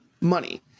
money